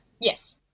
Yes